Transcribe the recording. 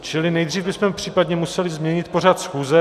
Čili nejdříve bychom případně museli změnit pořad schůze.